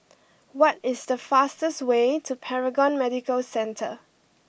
what is the fastest way to Paragon Medical Centre